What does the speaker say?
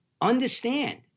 understand